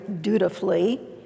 dutifully